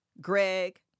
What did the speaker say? Greg